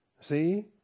see